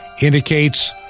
indicates